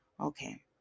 Okay